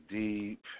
deep